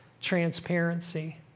transparency